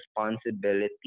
responsibility